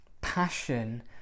Passion